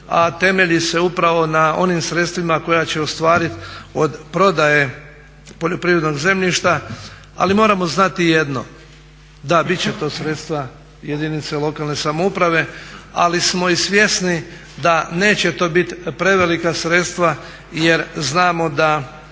a temelji se upravo na onim sredstvima koja će ostvariti od prodaje poljoprivrednog zemljišta ali moramo znati jedno, da biti će to sredstva jedinica lokalne samouprave ali smo i svjesni da neće to biti prevelika sredstva jer znamo da